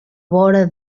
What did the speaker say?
vora